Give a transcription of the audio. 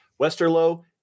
Westerlo